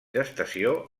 gestació